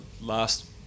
last